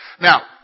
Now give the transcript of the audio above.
Now